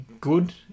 good